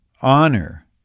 honor